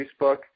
Facebook